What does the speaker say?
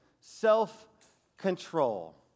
self-control